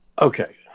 Okay